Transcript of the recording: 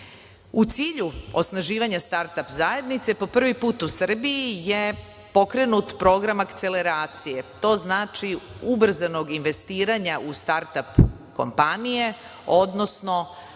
cilju osnaživanja start ap zajednice po prvi put u Srbiji je pokrenut program akceleracije. To znači ubrzanog investiranja u start ap kompanije, odnosno